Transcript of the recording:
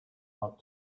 out